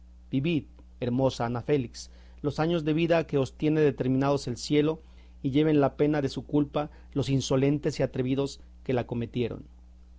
vivid hermosa ana félix los años de vida que os tiene determinados el cielo y lleven la pena de su culpa los insolentes y atrevidos que la cometieron